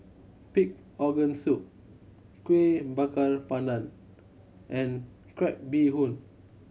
pig organ soup Kuih Bakar Pandan and crab bee hoon